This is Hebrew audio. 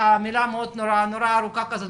מילה נורא ארוכה כזאת,